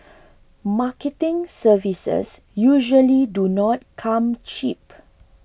marketing services usually do not come cheap